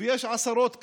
יש עשרות כאלה,